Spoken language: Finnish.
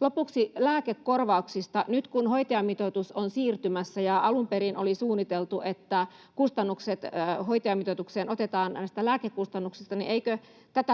Lopuksi lääkekorvauksista. Nyt kun hoitajamitoitus on siirtymässä ja alun perin oli suunniteltu, että kustannukset hoitajamitoitukseen otetaan näistä lääkekustannuksista, niin eikö